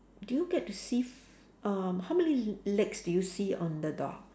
do you get to see f~ err how many l~ legs do you see on the dog